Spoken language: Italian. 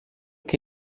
che